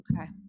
Okay